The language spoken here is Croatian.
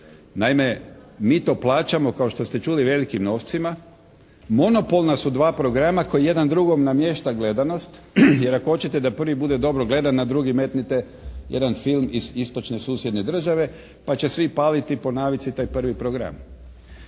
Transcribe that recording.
Naime, mi to plaćamo kao što ste čuli velikim novcima, monopolna su dva programa koji jedan drugome namješta gledanost jer ako hoćete da prvi bude dobro gledan na drugi metnite jedan film iz istočne susjedne države pa će svi paliti po navici taj prvi program.